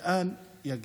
לאן יגיעו.